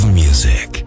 music